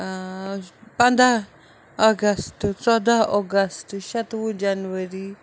پنٛداہ اگست ژۄداہ اگسٹ شتوُہ جنؤری